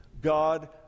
God